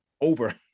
over